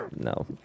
no